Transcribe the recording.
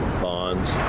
bonds